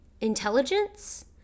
intelligence